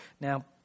Now